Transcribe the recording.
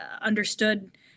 understood